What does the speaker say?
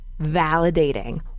validating